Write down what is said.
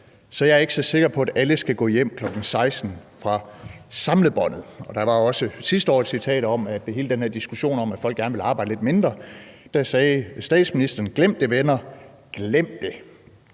så jeg ikke så sikker på, at alle skal gå hjem klokken 16 fra samlebåndet. Sidste år var der også et citat om hele den her diskussion om, at folk gerne vil arbejde lidt mindre. Der sagde statsministeren: Glem det venner, glem det.